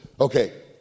Okay